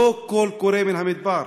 הוא לא קול קורא במדבר,